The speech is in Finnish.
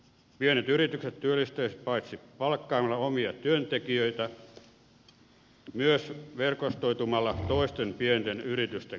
pienet yritykset työllistäisivät paitsi palkkaamalla omia työntekijöitä myös verkostoitumalla toisten pienten yritysten kanssa